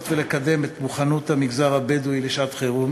ולקדם את מוכנות המגזר הבדואי לשעת-חירום,